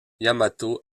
yamato